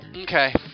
Okay